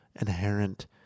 inherent